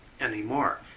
anymore